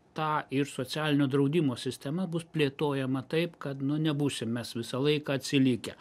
ta ir socialinio draudimo sistema bus plėtojama taip kad nu nebūsim mes visą laiką atsilikę